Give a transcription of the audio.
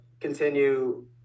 continue